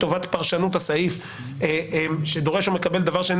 גם לטובת פרשנות הסעיף ש"דורש או מקבל דבר שאינו